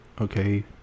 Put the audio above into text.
okay